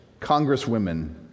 congresswomen